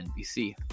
NBC